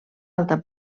alta